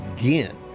again